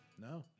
no